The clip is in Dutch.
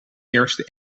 eerste